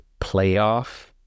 playoff